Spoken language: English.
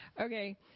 Okay